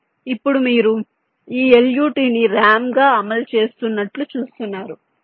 ఇప్పుడు మీరు ఈ LUT ను RAM గా అమలు చేస్తున్నట్లు చూస్తున్నారు